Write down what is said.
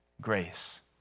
grace